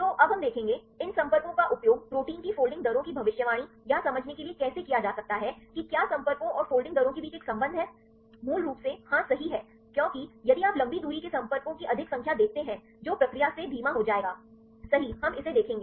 तो अब हम देखेंगे इन संपर्कों का उपयोग प्रोटीन की फोल्डिंग दरों की भविष्यवाणी या समझने के लिए कैसे किया जा सकता है कि क्या संपर्कों और फोल्डिंग दरों के बीच एक संबंध है मूल रूप से हाँ सही है क्योंकि यदि आप लंबी दूरी के संपर्कों की अधिक संख्या देखते हैं जो प्रक्रिया से धीमा हो जाएगा सही हम इसे देखेंगे